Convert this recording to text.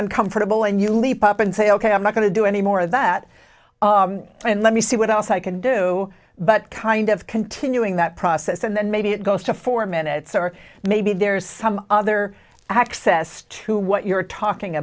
uncomfortable and you leap up and say ok i'm not going to do any more of that and let me see what else i can do but kind of continuing that process and then maybe it goes to four minutes or maybe there's some other access to what you're talking